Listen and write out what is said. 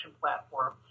platform